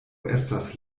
estas